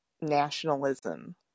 nationalism